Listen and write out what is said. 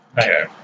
Okay